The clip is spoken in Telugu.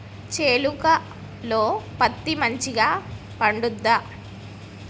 చేలుక లో పత్తి మంచిగా పండుద్దా?